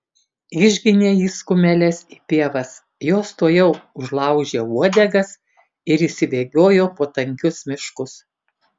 išginė jis kumeles į pievas jos tuojau užlaužė uodegas ir išsibėgiojo po tankius miškus